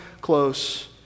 close